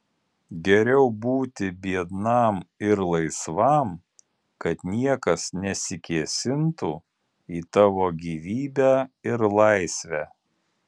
geriau būti biednam ir laisvam kad niekas nesikėsintų į tavo gyvybę ir laisvę